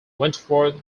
wentworth